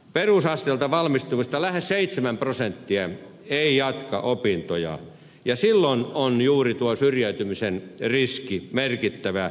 perusasteelta valmistuvista lähes seitsemän prosenttia ei jatka opintoja ja silloin on juuri tuo syrjäytymisen riski merkittävä